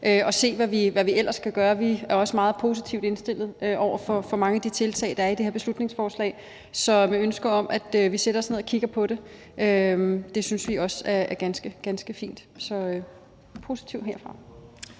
og se, hvad vi ellers kan gøre. Vi er også meget positivt indstillet over for mange af de tiltag, der er i det her beslutningsforslag. Så det er med et ønske om, at vi sætter os ned og kigger på det. Det synes vi også er ganske, ganske fint. Så vi er positive herfra.